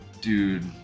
Dude